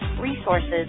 resources